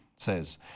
says